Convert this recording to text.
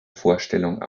vorstellung